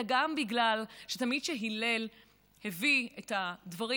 אלא גם בגלל שתמיד כשהלל הביא את הדברים,